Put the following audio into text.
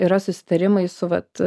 yra susitarimai su vat